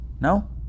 No